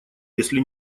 если